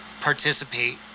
participate